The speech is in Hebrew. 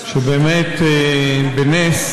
שבאמת בנס